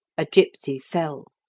a gipsy fell.